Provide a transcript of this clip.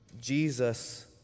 Jesus